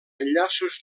enllaços